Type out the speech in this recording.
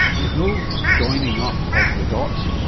there is no joining up of the dots.